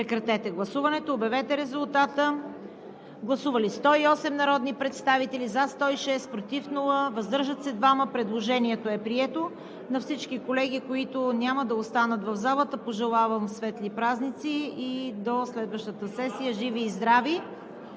защото ще им изтече срокът. Гласували 108 народни представители: за 106, против няма, въздържали се 2. Предложението е прието. На всички колеги, които няма да останат в залата, пожелавам светли празници и до следващата сесия живи и здрави!